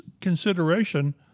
consideration